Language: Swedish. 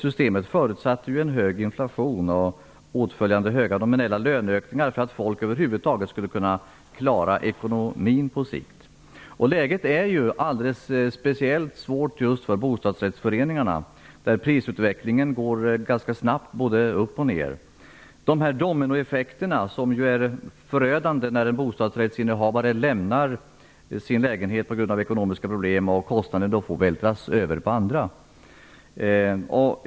Systemet förutsatte en hög inflation och åtföljande höga nominella löneökningar för att folk över huvud taget skulle kunna klara ekonomin på sikt. Läget är alldeles speciellt svårt just för bostadsrättsföreningarna. Prisutvecklingen går ganska snabbt, både upp och ned. De dominoeffekter som inträffar när en bostadsrättsinnehavare lämnar sin lägenhet på grund av ekonomiska problem och kostnaderna får vältras över på andra är förödande.